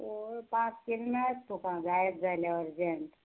पोवया पांच कील मेयटले तुका जायच जाल्या अर्जंट